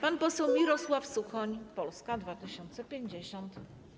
Pan poseł Mirosław Suchoń, Polska 2050.